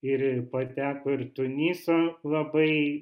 ir pateko ir tuniso labai